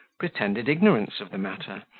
pretended ignorance of the matter,